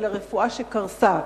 אלא רפואה שקרסה.